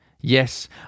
Yes